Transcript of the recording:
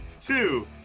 Two